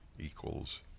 Equals